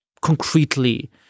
concretely